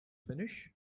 finish